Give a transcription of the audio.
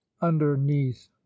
underneath